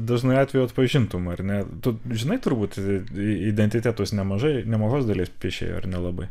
dažnu atveju atpažintum ar ne tu žinai turbūt identitetus nemažai nemažos dalies piešėjų ar nelabai